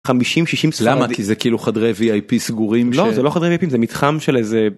50-60 ס... -למה, כי זה כאילו חדרי vip סגורים? -לא זה לא חדרי VIP, זה מתחם של איזה...